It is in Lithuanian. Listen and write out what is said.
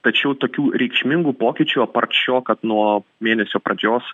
tačiau tokių reikšmingų pokyčių apart šio kad nuo mėnesio pradžios